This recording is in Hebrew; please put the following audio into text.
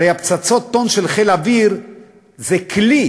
הרי הפצצות-טון של חיל האוויר זה כלי,